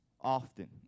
often